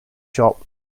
shop